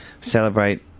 celebrate